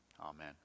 Amen